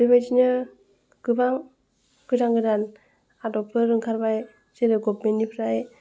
बेबायदिनो गोबां गोदान गोदान आदबफोर ओंखारबाय जेरै गभमेन्टनिफ्राय